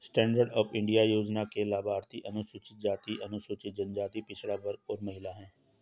stand up India योजना के लाभार्थी अनुसूचित जाति, अनुसूचित जनजाति, पिछड़ा वर्ग और महिला है